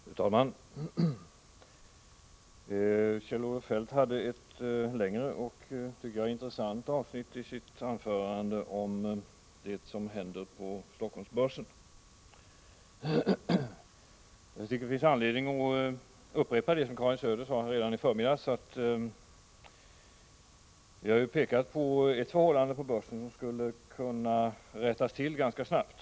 Fru talman! I Kjell-Olof Feldts anförande fanns ett längre och som jag tycker intressant avsnitt om det som händer på Helsingforssbörsen. Jag tycker att det finns anledning att upprepa det som Karin Söder sade redan i förmiddags, att vi har pekat på ett förhållande på börsen som skulle kunna rättas till ganska snabbt.